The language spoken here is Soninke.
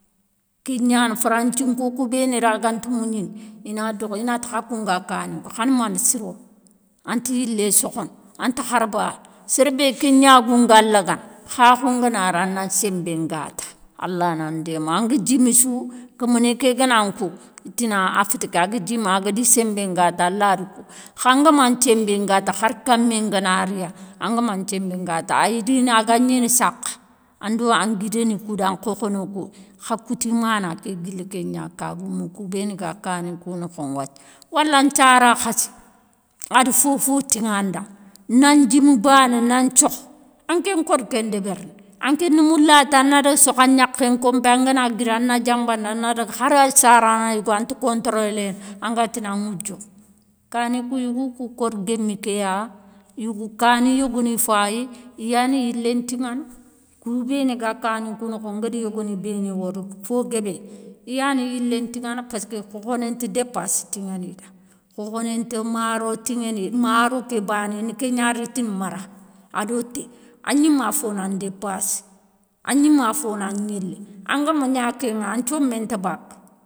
Ké gnani franthinko kou béni ra ganta mougnini i na dokho, inati khakou nga kani kou khana mané sirono, anti yilé sokhono anta hari bané, séré bé ké gnagou nga lagana khakho ngana ri a na senbén ngaga allah nan déma. Anga djimi sou kéméné ké gana nkou itina, a fétiké aga djimi agadi senbé ngaga, alla dakou khangama, nthienbé ngaga hari kamé ngana ri ya, angama nthienbé ngaga ayi rini a ga gnini sakha, ando an guidénikou da nkhokhono kou kha kouti mana ké guili ké gna ka goumou kou béni ga kani kou nokhoŋa wathia. Wala nthiara khassé, ada fofo tiŋa nda nan djimi bané, nan thiokho anké nkori ké ndébérini, ankéna moulata ana daga sokhou a gnakhé nkonpé a ngana guiri a na dianbandi a na daga hara sarana yougo anta controléné angantini a woudiame, kani kou yougou kou kori guémé ké ya yougou kani yogoni fayi. i yani yilé ntiŋana. Kou béni ga kani kou nokhoŋa ngadi yogoni béni wori fo guébé i yani yilé ntiŋana peski khokhoné nti dépassi tiŋani da, khokhoné nta maro maro ké bané i na kégna ritini mara ado té agnima fona andépassi. A gnima fona gnilé, angama gna kéŋa an thiomé nta baka.